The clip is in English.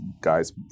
Guy's